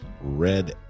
Red